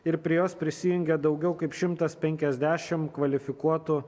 ir prie jos prisijungia daugiau kaip šimtas penkiasdešimt kvalifikuotų